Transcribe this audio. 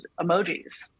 emojis